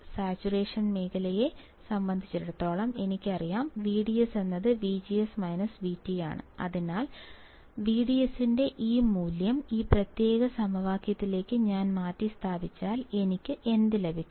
saturation മേഖലയെ സംബന്ധിച്ചിടത്തോളം എനിക്കറിയാം VDS VGS VT അതിനാൽ വിഡിഎസിന്റെ ഈ മൂല്യം ഈ പ്രത്യേക സമവാക്യത്തിലേക്ക് ഞാൻ മാറ്റി സ്ഥാപിച്ചാൽ എനിക്ക് എന്ത് ലഭിക്കും